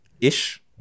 Ish